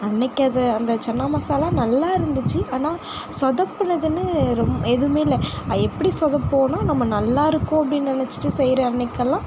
அன்னைக்கு அது அந்த சன்னா மசாலா நல்லாயிருந்துச்சு ஆனால் சொதப்புனதுன்னு ரொம்ப எதுவுமே இல்லை அது எப்படி சொதப்புவோம்னா நம்ம நல்லாயிருக்கும் அப்படின்னு நினச்சிட்டு செய்கிற அன்னைக்கெல்லாம்